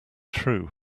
true